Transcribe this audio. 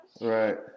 right